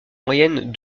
moyenne